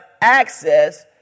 access